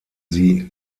sie